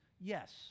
Yes